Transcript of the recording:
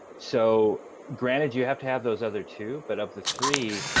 so granted, you have to have those other two, but of the three,